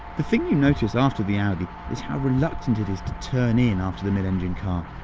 the thing you notice after the audi is how reluctant it is to turn in after the mid-engine car.